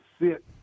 sit